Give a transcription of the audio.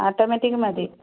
automatic മതി